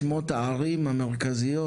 שמות הערים המרכזיות,